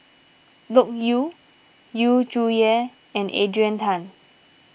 Loke Yew Yu Zhuye and Adrian Tan